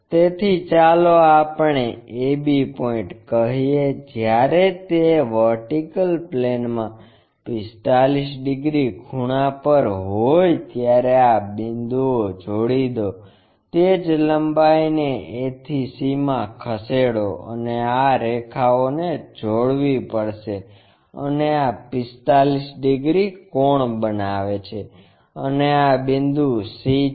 તેથી ચાલો આપણે a b પોઇન્ટ કહીએ જ્યારે તે વર્ટિકલ પ્લેનમાં 45 ડિગ્રી ખૂણા પર હોય ત્યારે આ બિંદુઓ જોડી દો તે જ લંબાઈને a થી c મા ખસેડો અને આ રેખાઓને જોડવી પડશે અને આ 45 ડિગ્રી કોણ બનાવે છે અને આ બિંદુ c છે